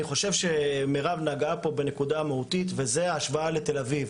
אני חושב שמירב נגעה פה בנקודה המהותית וזה ההשוואה לתל-אביב.